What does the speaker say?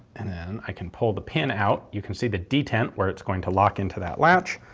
and then i can pull the pin out. you can see the detent where it's going to lock into that latch,